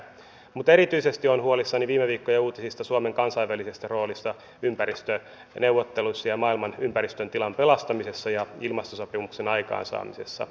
mutta erityisesti olen huolissani viime viikkojen uutisista suomen kansainvälisestä roolista ympäristöneuvotteluissa ja maailman ympäristön tilan pelastamisessa ja ilmastosopimuksen aikaansaamisessa